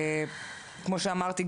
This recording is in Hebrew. נערוך כמו שאמרתי,